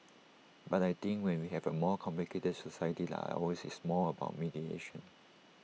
but I think when we have A more complicated society like ours it's more about mediation